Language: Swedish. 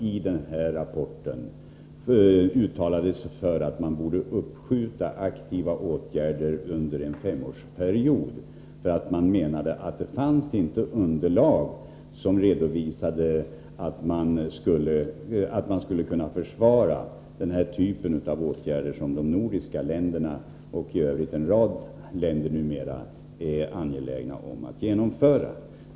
I rapporten uttalade man sig för att de aktiva åtgärderna borde uppskjutas under en femårsperiod, eftersom man menade att det inte fanns underlag för att kunna försvara den typ av åtgärder som de nordiska länderna och i övrigt en rad länder numera är angelägna om att genomföra.